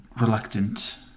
reluctant